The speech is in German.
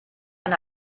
eine